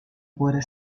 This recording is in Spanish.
puede